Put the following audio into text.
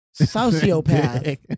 sociopath